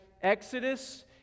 exodus